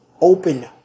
open